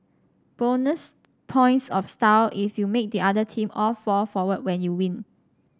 bonus points of style if you make the other team all fall forward when you win